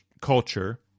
culture